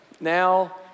now